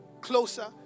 closer